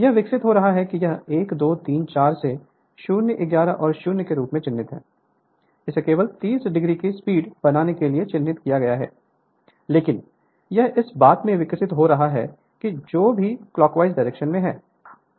यह विकसित हो रहा है कि यह 1 2 3 4 से 0 11 और 0 के रूप में चिह्नित है इसे केवल 300 की स्पीड बनाने के लिए चिह्नित किया गया है लेकिन यह इस बात में विकसित हो रहा है कि जो कि क्लाकवाइज डायरेक्शन हैं